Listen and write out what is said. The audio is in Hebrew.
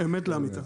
אמת לאמיתה.